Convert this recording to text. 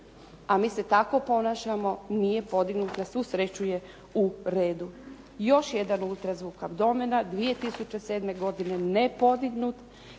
A mi se tako ponašamo. Nije podignut. Na svu sreću je u redu. Još jedan ultrazvuk abdomena 2007. godine nepodignut.